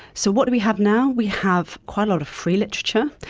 so what do we have now? we have quite a lot of free literature,